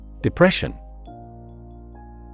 Depression